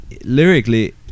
lyrically